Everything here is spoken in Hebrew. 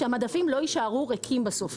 יש לדאוג שהמדפים לא יישארו ריקים בסוף.